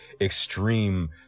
extreme